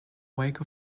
wake